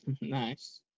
Nice